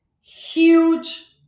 Huge